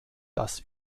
das